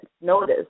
Notice